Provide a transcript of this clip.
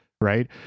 Right